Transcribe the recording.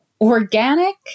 organic